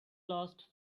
lost